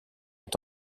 est